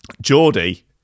geordie